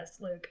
Luke